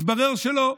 מתברר שלא.